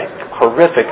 horrific